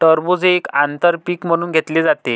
टरबूज हे एक आंतर पीक म्हणून घेतले जाते